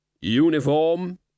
Uniform